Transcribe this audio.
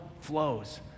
flows